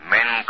Men